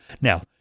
Now